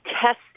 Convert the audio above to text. test